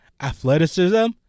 athleticism